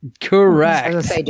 correct